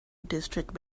district